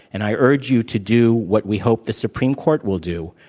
and i urge you to do what we hope the supreme court will do,